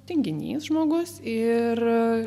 tinginys žmogus ir